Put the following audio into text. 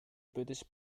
buddhist